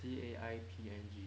C A I P N G